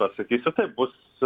atsakysiu taip bus